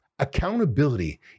Accountability